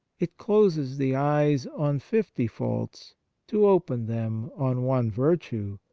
it closes the eyes on fifty faults to open them on one virtue,